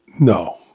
no